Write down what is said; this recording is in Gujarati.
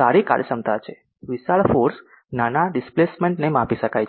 સારી કાર્યક્ષમતા છે વિશાળ ફોર્સ નાના ડિસ્પ્લેસમેન્ટ ને માપી શકાય છે